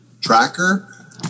tracker